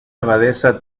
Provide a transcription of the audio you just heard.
abadesa